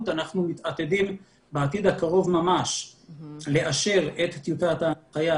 אנחנו מתעתדים בעתיד הקרוב ממש לאשר את טיוטת ההנחיה